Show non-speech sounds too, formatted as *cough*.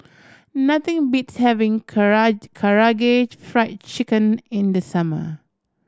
nothing beats having *unintelligible* Karaage Fried Chicken in the summer